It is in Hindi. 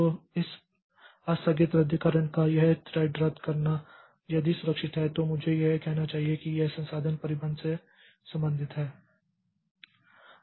तो इस आस्थगित रद्दीकरण का यह थ्रेड रद्द करना यदि सुरक्षित है तो मुझे यह कहना चाहिए कि यह संसाधन प्रबंधन से संबंधित है